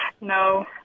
no